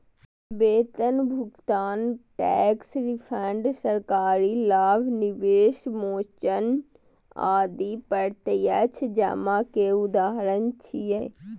वेतन भुगतान, tax refund, सरकारी लाभ, निवेश मोचन आदि प्रत्यक्ष जमा के उदाहरण छियै